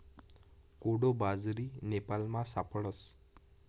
कोडो बाजरी नेपालमा सापडस